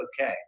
okay